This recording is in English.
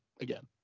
again